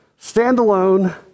standalone